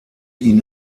ihn